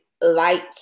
light